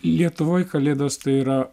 lietuvoj kalėdos tai yra